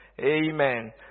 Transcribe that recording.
Amen